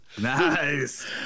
Nice